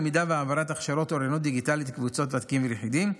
למידה והעברת הכשרות אוריינות דיגיטלית לקבוצות ותיקים וליחידים,